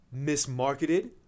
mismarketed